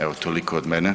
Evo toliko od mene.